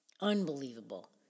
Unbelievable